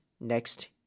next